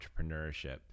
entrepreneurship